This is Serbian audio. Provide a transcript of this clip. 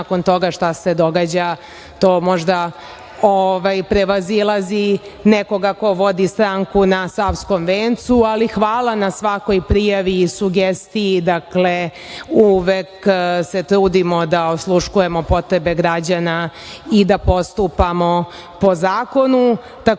nakon toga šta se događa, to možda prevazilazi nekoga ko vodi stranku na Savskom vencu, ali hvala na svakoj prijavi i sugestiji, dakle, uvek se trudimo da osluškujemo potrebe građana i da postupamo po zakonu. Takođe,